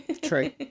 True